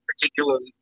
particularly